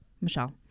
Michelle